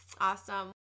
awesome